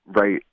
right